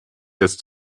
jetzt